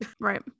Right